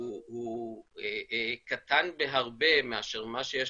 שהוא קטן בהרבה מאשר מה שיש